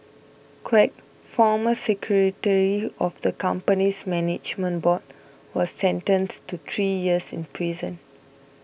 Quek former secretary of the company's management board was sentenced to three years in prison